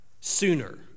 sooner